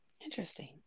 Interesting